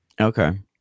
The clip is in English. Okay